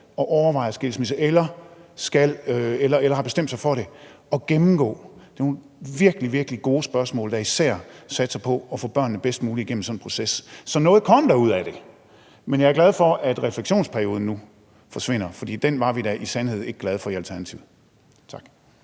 og overvejer skilsmisse eller har bestemt sig for det, at gennemgå. Det er nogle virkelig, virkelig gode spørgsmål, der især satser på, at få børnene bedst muligt igennem sådan en proces. Så noget kom der ud af det. Men jeg er glad for, at refleksionsperioden nu forsvinder, for den var vi da i sandhed ikke glade for i Alternativet. Kl.